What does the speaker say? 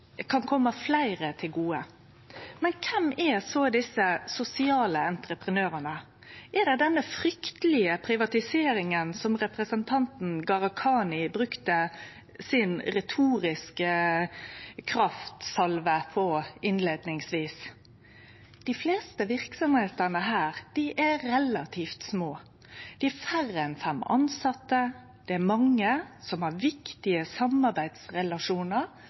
kan kome fleire til gode. Kven er så desse sosiale entreprenørane? Er dei den fryktelege privatiseringa, som representanten Gharahkhani brukte sin retoriske kraftsalve på innleiingsvis? Dei fleste verksemdene på dette feltet er relativt små – det er færre enn fem tilsette. Det er mange som har viktige samarbeidsrelasjonar